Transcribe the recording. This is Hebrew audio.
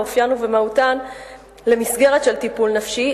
באופיין ובמהותן למסגרת של טיפול נפשי,